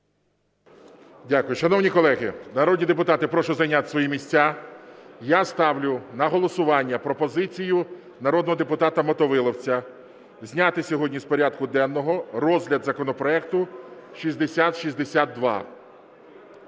Дякую. Шановні колеги, народні депутати, прошу зайняти свої місця. Я ставлю на голосування пропозицію народного депутата Мотовиловця зняти сьогодні з порядку денного розгляд законопроекту 6062.